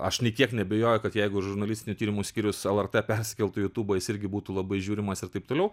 aš nei kiek neabejoju kad jeigu žurnalistinių tyrimų skyrius lrt perskeltų į jutubą jis irgi būtų labai žiūrimas ir taip toliau